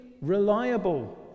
reliable